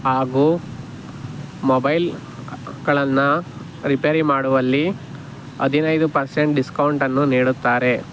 ಹಾಗೂ ಮೊಬೈಲ್ಗಳನ್ನ ರಿಪೇರಿ ಮಾಡುವಲ್ಲಿ ಹದಿನೈದು ಪರ್ಸೆಂಟ್ ಡಿಸ್ಕೌಂಟನ್ನು ನೀಡುತ್ತಾರೆ